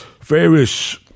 various